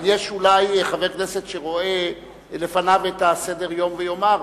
אבל יש אולי חבר כנסת שרואה לפניו את סדר-היום ויאמר: